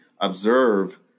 observe